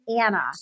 Anna